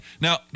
Now